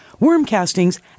wormcastings